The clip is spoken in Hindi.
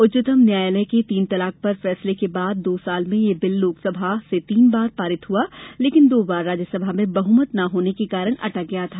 उच्चतम न्यायालय के तीन तलाक पर फैसले के बाद दो वर्ष में यह बिल लोकसभा से तीन बार पारित हुआ लेकिन दो बार राज्यसभा में बहुमत न होने के कारण अटक गया था